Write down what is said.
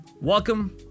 welcome